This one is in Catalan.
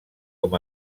com